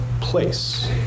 place